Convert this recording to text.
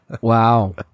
wow